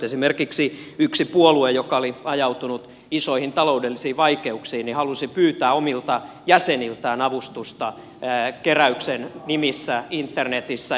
esimerkiksi yksi puolue joka oli ajautunut isoihin taloudellisiin vaikeuksiin halusi pyytää omilta jäseniltään avustusta keräyksen nimissä internetissä